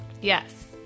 Yes